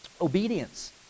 obedience